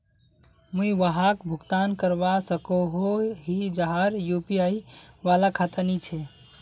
मुई वहाक भुगतान करवा सकोहो ही जहार यु.पी.आई वाला खाता नी छे?